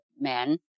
men